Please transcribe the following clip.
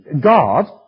God